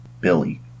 Billy